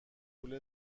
پول